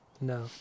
No